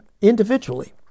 individually